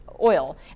oil